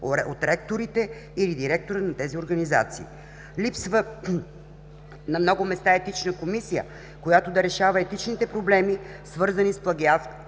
от ректорите или директорите на тези организации. На много места липсва Етична комисия, която да решава етичните проблеми, свързани с плагиатството,